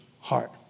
heart